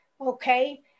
okay